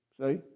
See